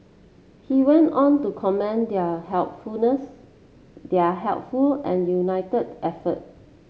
he went on to commend their helpfulness their helpful and united effort